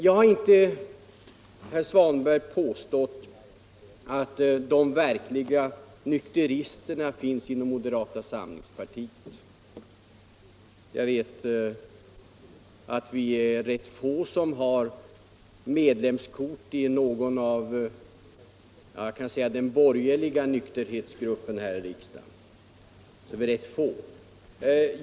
Jag har inte, herr Svanberg, påstått att de verkliga nykteristerna finns inom moderata samlingspartiet. Jag vet att vi är rätt få som har medlemskort i den borgerliga nykterhetsgruppen här i riksdagen.